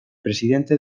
presidente